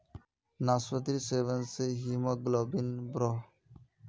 नास्पातिर सेवन से हीमोग्लोबिन बढ़ोह